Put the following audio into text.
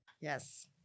Yes